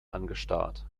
angestarrt